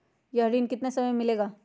यह ऋण कितने समय मे मिलेगा?